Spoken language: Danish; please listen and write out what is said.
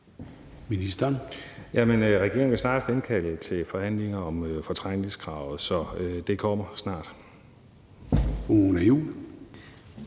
Aagaard): Regeringen vil snart indkalde til forhandlinger om fortrængningskravet. Så det kommer snart. Kl.